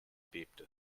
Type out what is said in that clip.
bebte